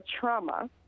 trauma